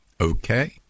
Okay